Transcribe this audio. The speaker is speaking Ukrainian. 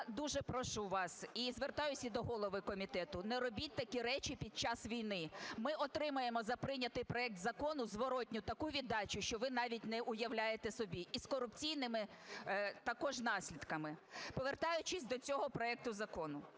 Я дуже прошу вас і звертаюся до голови комітету, не робіть такі речі під час війни. Ми отримаємо за прийнятий проект закону зворотну таку віддачу, що ви навіть не уявляєте собі, і з корупційними також наслідками. Повертаючись до цього проекту закону.